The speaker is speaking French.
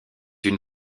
une